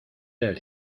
del